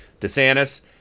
DeSantis